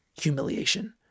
humiliation